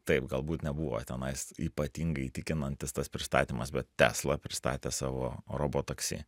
taip galbūt nebuvo tenais ypatingai įtikinantis tas pristatymas bet tesla pristatė savo robotaksi